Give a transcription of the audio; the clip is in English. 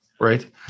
Right